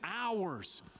hours